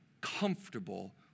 comfortable